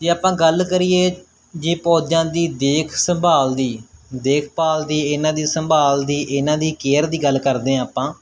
ਜੇ ਆਪਾਂ ਗੱਲ ਕਰੀਏ ਜੇ ਪੌਦਿਆਂ ਦੀ ਦੇਖ ਸੰਭਾਲ ਦੀ ਦੇਖਭਾਲ ਦੀ ਇਹਨਾਂ ਦੀ ਸੰਭਾਲ ਦੀ ਇਹਨਾਂ ਦੀ ਕੇਅਰ ਦੀ ਗੱਲ ਕਰਦੇ ਹਾਂ ਆਪਾਂ